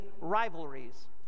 rivalries